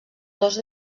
dos